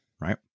right